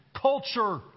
culture